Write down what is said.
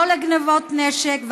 לא לגנבות נשק,